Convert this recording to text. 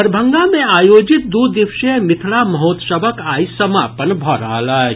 दरभंगा मे आयोजित दू दिवसीय मिथिला महोत्सवक आइ समापन भऽ रहल अछि